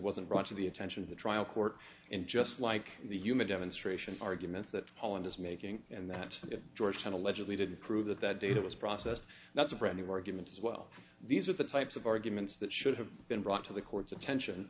wasn't brought to the attention of the trial court and just like the human demonstration arguments that holland is making and that george tenet allegedly did prove that that data was processed that's a brand new argument as well these are the types of arguments that should have been brought to the court's attention